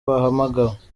bahamagawe